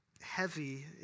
heavy